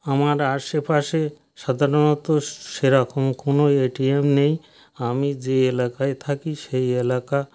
আমার আশেপাশে সাধারণত সেরকম কোনো এটিএম নেই আমি যে এলাকায় থাকি সেই এলাকা